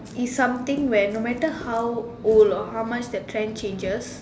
is something where no matter how old or how much the trend changes